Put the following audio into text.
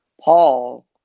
Paul